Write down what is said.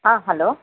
ஆ hello